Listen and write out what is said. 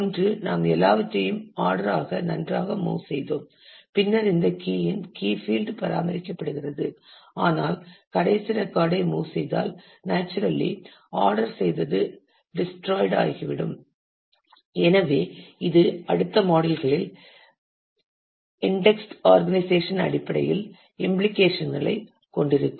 ஒன்று நாம் எல்லாவற்றையும் ஆர்டர் ஆக நன்றாக மூவ் செய்தோம் பின்னர் இந்த கீ இன் கீ பீல்டு பராமரிக்கப்படுகிறது ஆனால் கடைசி ரெக்கார்ட்ஐ மூவ் செய்தால் நேச்சுரலி ஆர்டர் செய்தது டிஸ்ட்ராயிட் ஆகிவிடும் எனவே இது அடுத்த மாடியுல் களில் இன்டெக்ஸ்ட்க் ஆர்கனைசேஷன் அடிப்படையில் இம்பிளிகேஷன்ஸ் களைக் கொண்டிருக்கும்